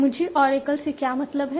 मुझे ओरेकल से क्या मतलब है